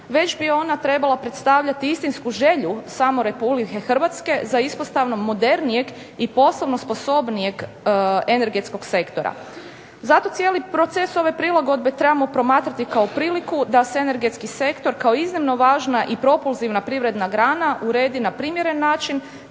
već bi ona trebala predstavljati istinsku želju samo Republike Hrvatske za ispostavom modernijeg i poslovno sposobnijeg energetskog sektora. Zato cijeli proces ove prilagodbe trebamo promatrati kao priliku da se energetski sektor kao iznimno važna i propulzivna privredna grana uredi na primjeren način,